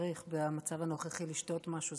צריך במצב הנוכחי לשתות משהו.